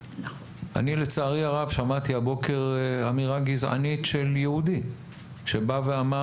לצערי הרב שמעתי הבוקר אמירה גזענית של יהודי שבא ואמר